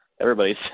everybody's